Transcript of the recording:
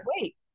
wait